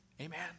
Amen